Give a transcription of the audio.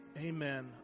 Amen